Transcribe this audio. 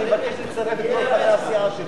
אני מבקש לצרף את כל חברי הסיעה שלי.